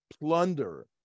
Plunder